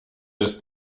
des